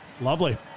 Lovely